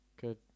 Good